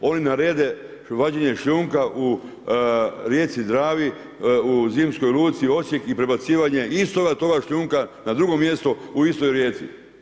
Oni narede vađenje šljunka u rijeci Dravi, u zimskoj luci Osijek i prebacivanje istoga toga šljunka na drugo mjesto u istoj rijeci.